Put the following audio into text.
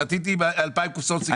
שתיתי 2,000 קופסאות סיגריות?